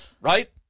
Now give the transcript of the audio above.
right